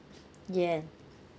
yeah